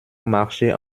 marcher